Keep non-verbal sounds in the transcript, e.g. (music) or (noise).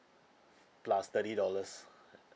plus thirty dollars (breath)